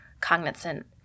cognizant